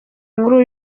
nkuru